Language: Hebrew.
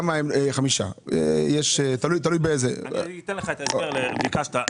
אני אתן לך את ההסבר שביקשת.